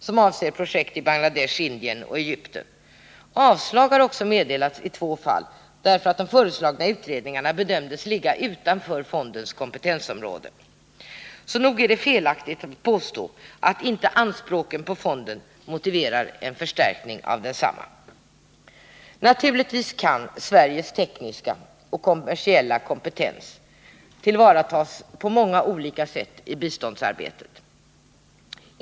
De avser projekt i Bangladesh, Indien och Egypten. Avslag har meddelats i två fall, därför att de föreslagna utredningarna bedömdes ligga utanför fondens kompetensområde. Så nog är det felaktigt att påstå att anspråken på fonden inte motiverar en förstärkning av densamma. Naturligtvis kan Sveriges tekniska och kommersiella kompetens tillvaratas på många olika sätt i biståndssamarbetet.